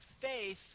faith